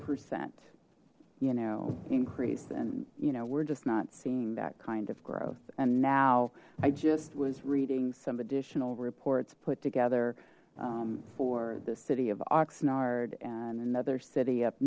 percent you know increase and you know we're just not seeing that kind of growth and now i just was reading some additional reports put together for the city of oxnard and another city up